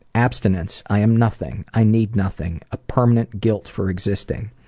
abstinence. i am nothing. i need nothing. a permanent guilt for existing.